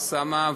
אוסאמה,